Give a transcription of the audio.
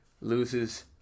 Loses